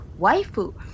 waifu